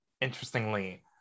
interestingly